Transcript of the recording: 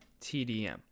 TDM